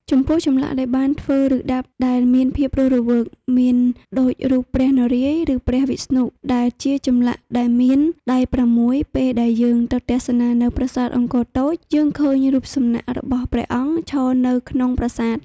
ចំពោះចម្លាក់ដែលបានធ្វើឬដាប់ដែលមានភាពរស់រវើកមានដូចរូបព្រះនរាយណ៍ឬព្រះវិស្ណុដែលជាចម្លាក់ដែលមានដៃ៦ពេលដែលយើងទៅទស្សនានៅប្រាសាទអង្គរតូចយើងឃើញរូបសំណាក់របស់ព្រះអង្គឈរនៅក្នុងប្រាសាទ។